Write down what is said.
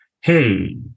Hey